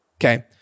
Okay